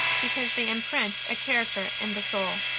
because they imprint a character in the soul.